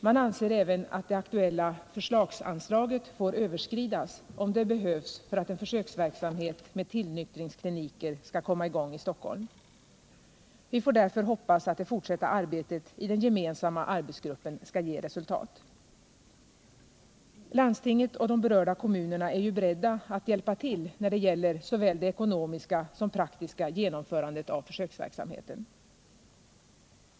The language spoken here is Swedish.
Man framhåller även att det aktuella förslagsanslaget bör få överskridas om det behövs för att en försöksverksamhet med tillnyktringskliniker skall komma i gång i Stockholm. Vi får därför hoppas att det fortsatta arbetet i den gemensamma arbetsgruppen skall ge resultat. Landstinget och de berörda kommunerna är beredda att hjälpa till när det gäller såväl det ekonomiska som det praktiska genomförandet av försöksverksamheten.